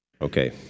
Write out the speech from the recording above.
Okay